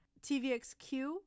TVXQ